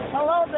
Hello